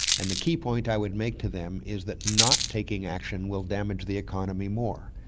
and the key point i would make to them is that not taking action will damage the economy more.